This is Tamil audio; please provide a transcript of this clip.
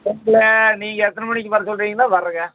இல்லை நீங்கள் எத்தனை மணிக்கு வர சொல்லுறிங்களோ வரேங்க